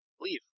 leave